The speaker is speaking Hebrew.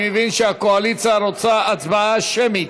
אני מבין שהקואליציה רוצה הצבעה שמית.